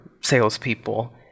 salespeople